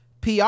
PR